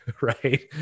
Right